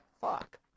fuck